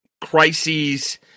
crises